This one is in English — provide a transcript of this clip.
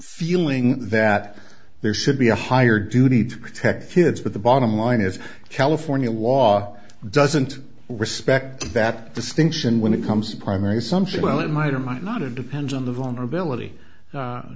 feeling that there should be a higher duty to protect kids but the bottom line is california law doesn't respect that distinction when it comes to primary something well it might or might not it depends on the vulnerability